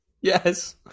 Yes